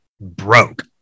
broke